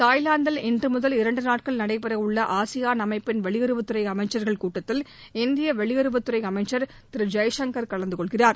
தாய்லாந்தில் இன்று முதல் இரண்டு நாட்கள் நடைபெற உள்ள ஆசியான் அமைப்பின் வெளியுறவுத்துறை அமைச்சர்கள் கூட்டத்தில் வெளியுறவுத்துறை அமைச்சர் திரு ஜெய்சங்கர் கலந்து கொள்கிறார்